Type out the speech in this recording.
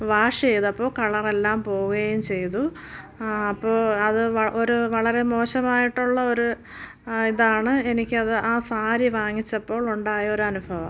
wash ചെയ്തപ്പോൾ കളറെല്ലാം പോവുകയും ചെയ്തു അപ്പോൾ അത് ഒരു വളരെ മോശമായിട്ടുള്ള ഒരു ഇതാണ് എനിക്കത് ആ സാരി വാങ്ങിച്ചപ്പോൾ ഉണ്ടായ ഒരനുഭവം